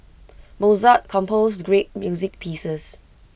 Mozart composed great music pieces